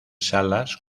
salas